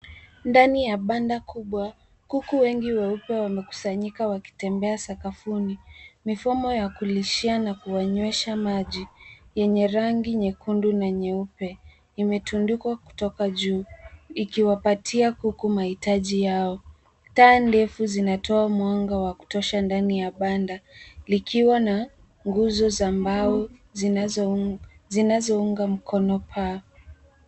Ndani ya banda kubwa, kuku wengi weupe wamekusanyika wakitembea sakafuni. Mifumo ya kulishia na kuwanywesha maji yenye rangi nyekundu na nyeupe imetundikwa kutoka juu ikiwapatia kuku mahitaji yao. Taa ndefu zinatoa mwanga wa kutosha ndani ya banda likiwa na nguzo za mbao zinazounga mkono paa.